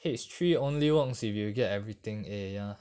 H three only works if you will get everything a ya